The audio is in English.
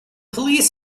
police